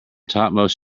topmost